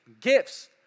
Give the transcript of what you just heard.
gifts